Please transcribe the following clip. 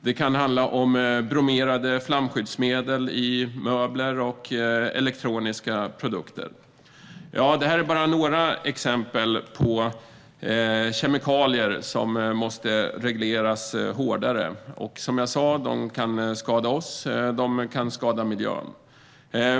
Det kan handla om bromerade flamskyddsmedel i möbler och elektroniska produkter. Detta är bara några exempel på kemikalier som måste regleras hårdare. Som jag sa kan de skada både oss och miljön.